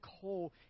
coal